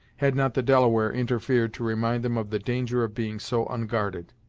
had not the delaware interfered to remind them of the danger of being so unguarded,